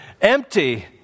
empty